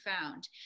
found